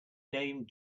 named